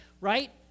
right